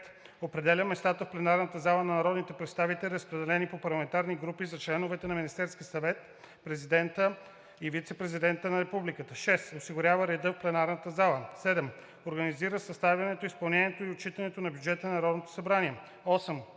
определя местата в пленарната зала за народните представители, разпределени по парламентарни групи, за членовете на Министерския съвет, президента и вицепрезидента на републиката; 6. осигурява реда в пленарната зала; 7. организира съставянето, изпълнението и отчитането на бюджета на Народното събрание; 8.